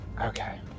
Okay